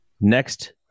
Next